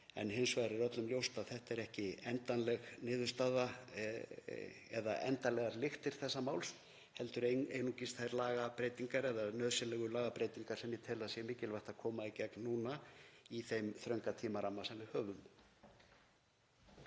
Hins vegar er öllum ljóst að þetta er ekki endanleg niðurstaða eða endanlegar lyktir þessa máls heldur einungis þær nauðsynlegu lagabreytingar sem ég tel að sé mikilvægt að koma í gegn núna í þeim þrönga tímaramma sem við höfum.